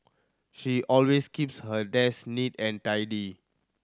she always keeps her desk neat and tidy